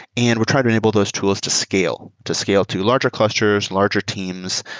and we try to enable those tools to scale, to scale to larger clusters, larger teams,